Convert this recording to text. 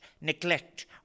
neglect